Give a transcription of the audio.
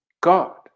God